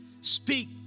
Speak